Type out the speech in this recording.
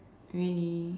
really